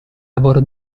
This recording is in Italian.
lavoro